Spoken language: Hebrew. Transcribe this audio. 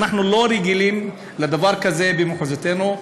ואנחנו לא רגילים לדבר כזה במחוזותינו.